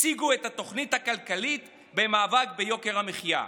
הציגו את התוכנית הכלכלית במאבק ביוקר המחיה: